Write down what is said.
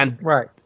Right